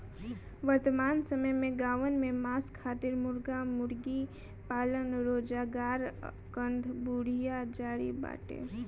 वर्तमान समय में गांवन में मांस खातिर मुर्गी मुर्गा पालन रोजगार कअ बढ़िया जरिया बाटे